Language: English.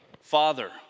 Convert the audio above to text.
father